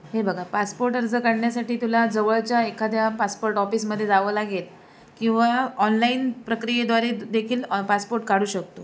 हे बघा पासपोर्ट अर्ज काढण्यासाठी तुला जवळच्या एखाद्या पासपोर्ट ऑफिसमध्ये जावं लागेल किंवा ऑनलाईन प्रक्रियेद्वारे देखील पासपोर्ट काढू शकतो